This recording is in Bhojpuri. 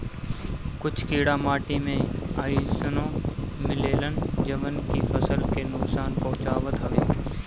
कुछ कीड़ा माटी में अइसनो मिलेलन जवन की फसल के नुकसान पहुँचावत हवे